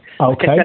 Okay